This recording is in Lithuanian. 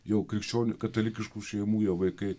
jau krikščionių katalikiškų šeimų vaikai